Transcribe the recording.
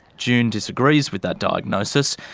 june disagrees with that diagnosis,